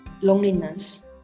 loneliness